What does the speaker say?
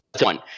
one